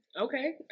Okay